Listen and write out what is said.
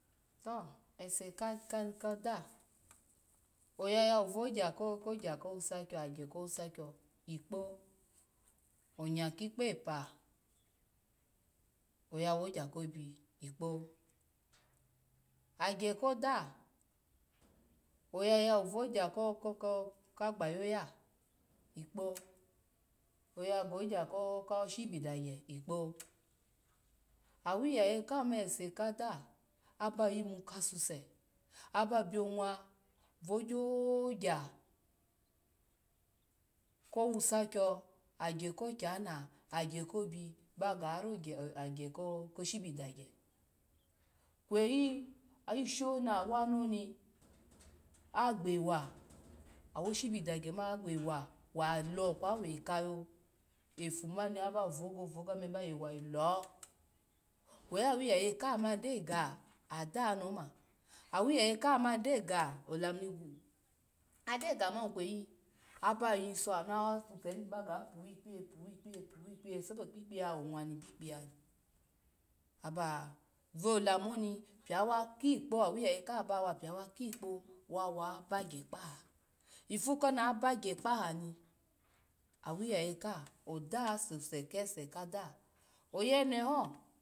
Toi ese koda oya yawo vagya ko ko wusakio agya ko wusakio ikpo onya kikpa epo oya wogya kobi kpo agya koda oya yawo va gya ko ko kagboyaya ikpo ya gogya ko shibida gya ikpa awiye ye kamani ase koda aba yimu kase aba bio nwa va gyo gya kowusakwo agya ko kyana agya kobi aba ga har agya agya koshibida gya kweyi ishini awano ni wo shibidagya ma gbewa agbewa walo kwo we ekelo efuma aba vago vago ome aba yewa yilo kweyi awiyeye kamani gyoga ada oni oma awiyeye kamani dega oleni-adega ma kweyi aba yiso anawa suseni ba ga puwi kpiye, puwi eiye. puwi piye, sobo kpi kpiye ha wo onwa ni bikpiye hani aba valamuhoni proba kikpa awiyeye ka bawa biowa kikpawa bagya kpaha ifu koni abagya kpaha ni, awiyeye kaha, oda asuse kese kada oyeneho.